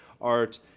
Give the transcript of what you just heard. art